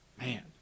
man